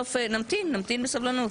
נמתין בסבלנות.